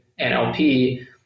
NLP